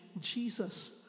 Jesus